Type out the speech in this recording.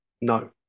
no